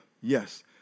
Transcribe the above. yes